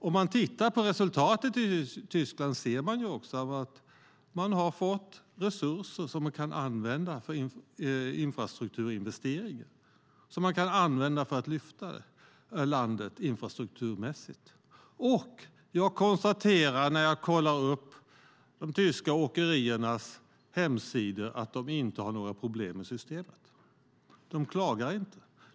Om vi tittar på resultatet i Tyskland ser vi också att man har fått resurser som man kan använda för infrastrukturinvesteringar, som man kan använda för att lyfta upp landet infrastrukturmässigt. Och jag konstaterar när jag kollar de tyska åkeriernas hemsidor att de inte har några problem med systemet. De klagar inte.